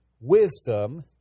wisdom